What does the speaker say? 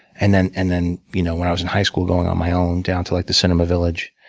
and then and then you know when i was in high school, going on my own down to like the cinema village.